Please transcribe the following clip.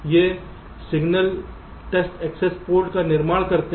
ये signal test access port का निर्माण करते हैं